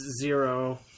zero